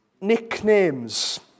nicknames